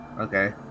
Okay